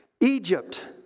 Egypt